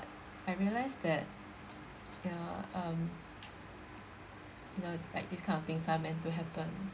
I realised that you know um you know like these kind of things are meant to happen